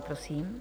Prosím.